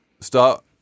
start